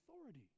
authority